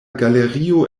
galerio